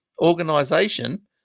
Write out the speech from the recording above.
organization